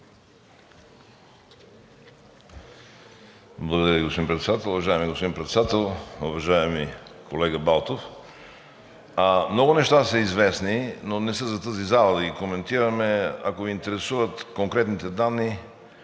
Уважаеми господин Председател! Уважаеми колега Балтов, много неща са известни, но не са за тази зала да ги коментираме. Ако Ви интересуват конкретните данни,